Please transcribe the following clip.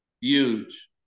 Huge